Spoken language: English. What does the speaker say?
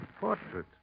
portrait